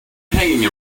hanging